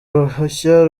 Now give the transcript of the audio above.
ruhushya